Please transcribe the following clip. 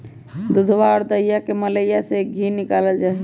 दूधवा और दहीया के मलईया से धी निकाल्ल जाहई